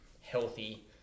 healthy